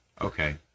Okay